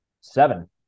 Seven